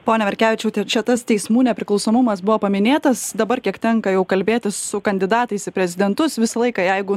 pone merkevičiau čia tas teismų nepriklausomumas buvo paminėtas dabar kiek tenka jau kalbėtis su kandidatais į prezidentus visą laiką jeigu